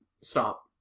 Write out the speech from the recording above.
Stop